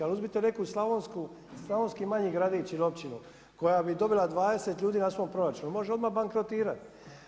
Ali uzmite neku slavonski manji gradić ili općinu koja bi dobila 20 ljudi na svom proračunu, može odmah bankrotirati.